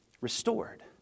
restored